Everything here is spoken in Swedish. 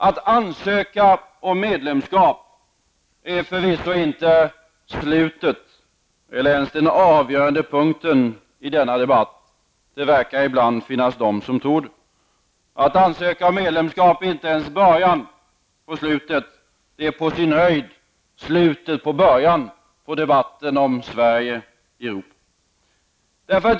Att ansöka om medlemskap är förvisso inte slutet eller ens den avgöranden punkten i denna debatt, men det verkar ibland som om en del skulle tro det. Att ansöka om medlemskap är inte ens början på slutet -- det är på sin höjd slutet på början -- av debatten om Sverige och Europa.